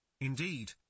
Indeed